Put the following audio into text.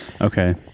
Okay